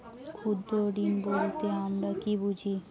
ক্ষুদ্র ঋণ বলতে আমরা কি বুঝি?